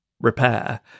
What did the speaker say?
repair